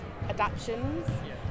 adaptions